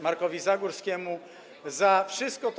Markowi Zagórskiemu, za wszystko to.